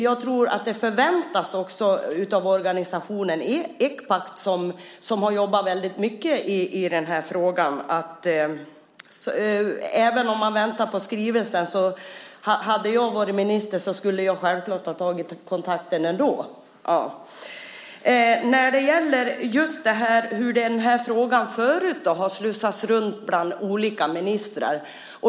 Jag tror också att det förväntas från organisationen Ecpat, som har jobbat väldigt mycket med frågan. Även om man väntar på skrivelsen hade jag om jag varit minister självklart tagit denna kontakt ändå. Sedan gällde det hur frågan förut har slussats runt bland olika ministrar.